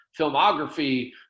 filmography